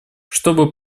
чтобы